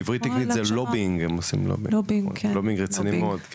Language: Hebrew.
בעברית זה לובינג, הם עושים לובינג רציני מאוד.